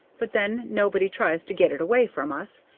but then nobody tries to get it away from us,